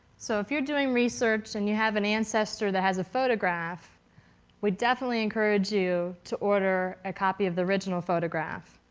so if you're doing research and you have an ancestor that has a photograph we definitely encourage you to order a copy of the original photograph.